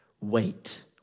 Wait